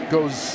Goes